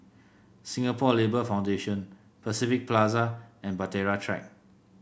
Singapore Labour Foundation Pacific Plaza and Bahtera Track